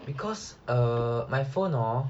because err my phone hor